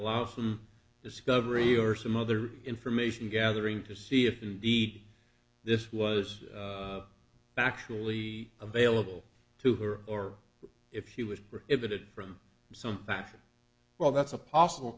allow some discovery or some other information gathering to see if indeed this was actually available to her or if she was riveted from some facts well that's a possible